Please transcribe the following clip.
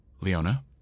Leona